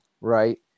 Right